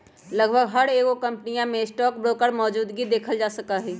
लगभग हर एगो कम्पनीया में स्टाक ब्रोकर मौजूदगी देखल जा सका हई